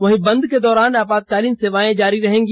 वहीं बंद के दौरान आपातकालीन सेवाएं जारी रहेंगी